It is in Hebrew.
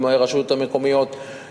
עם הרשויות המקומיות,